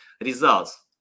results